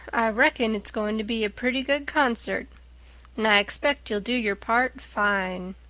reckon it's going to be a pretty good concert. and i expect you'll do your part fine,